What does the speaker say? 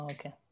Okay